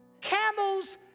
Camels